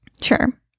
sure